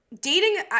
dating